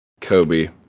Kobe